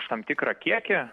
už tam tikrą kiekį